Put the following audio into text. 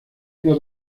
una